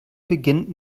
beginnt